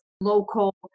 local